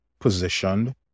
positioned